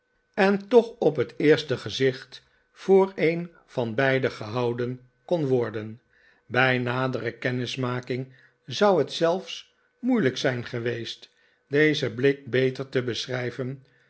en toch op het eerste gezicht voor een van beide gehouden kon worden bij nadere kennismaking zou het zelfs moeilijk zijn geweest dezen blik beter te beschrijven